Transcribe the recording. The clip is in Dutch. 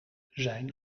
zijn